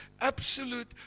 absolute